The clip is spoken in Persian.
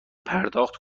پرداخت